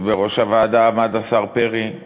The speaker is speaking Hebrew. שבראש הוועדה שהכינה אותה עמד השר פרי,